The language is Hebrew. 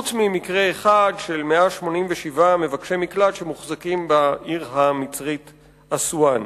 חוץ ממקרה של 187 מבקשי מקלט שמוחזקים בעיר המצרית אסואן.